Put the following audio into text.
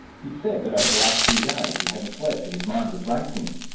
he said that over the last few days he hadn't slept and his mind was racing.